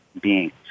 beings